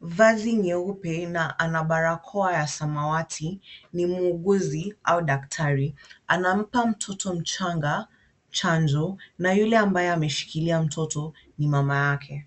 vazi nyeupe na ana barakoa ya samawati ni muuguzi au daktari. Anampa mtoto mchanga chanjo na yule ambaye ameshikilia mtoto ni mama yake.